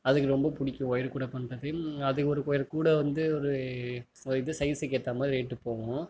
அதுக்கு ரொம்ப பிடிக்கும் ஒயர்க்கூடை பின்னுறது அது ஒரு ஒரு கூடை வந்து ஒரு இது சைஸுக்கு ஏற்றா மாதிரி ரேட்டு போவும்